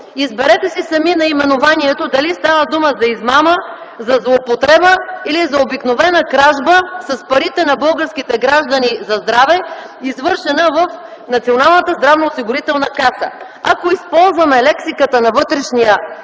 Изберете си сами наименованието – дали става дума за измама, за злоупотреба или за обикновена кражба с парите на българските граждани за здраве, извършена в Националната здравноосигурителна каса. Ако използваме лексиката на вътрешния